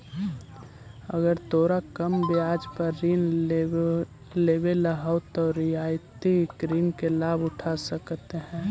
अगर तोरा कम ब्याज पर ऋण लेवेला हउ त रियायती ऋण के लाभ उठा सकऽ हें